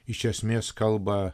iš esmės kalba